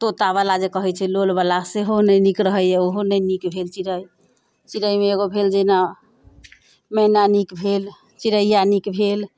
तोता बला जे कहैत छै लोल बला सेहो नहि नीक रहैया ओहो नहि नीक भेल चिड़ै चिड़ैमे एगो भेल जेना मैना नीक भेल चिड़ैया नीक भेल